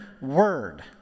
word